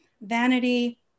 vanity